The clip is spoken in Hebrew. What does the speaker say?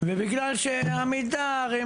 ובגלל שעמידר,